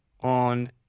on